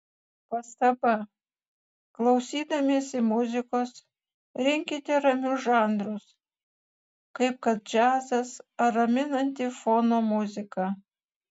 pastaba klausydamiesi muzikos rinkitės ramius žanrus kaip kad džiazas ar raminanti fono muzika